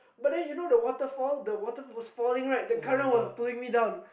but then you know the waterfall the water was falling right the current was pulling me down